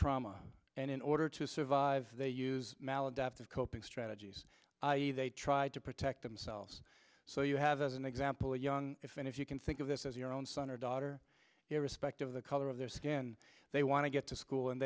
trauma and in order to survive they use maladaptive coping strategies i e they try to protect themselves so you have an example of young if and if you can think of this as your own son or daughter irrespective of the color of their skin they want to get to school and